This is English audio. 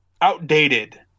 outdated